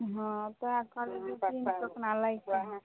हँ सहए कहलियै दू तीन टोकना लैके हय